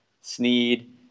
Sneed